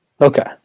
Okay